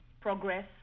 progress